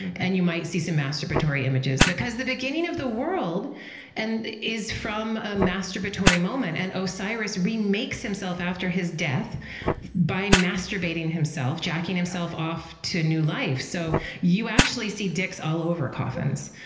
and you might see some masturbatory images, because the beginning of the world and is from a masturbatory moment, and osiris remakes himself after his death by masturbating himself, jacking himself off to new life. so, you actually see dicks all over coffins.